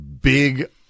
big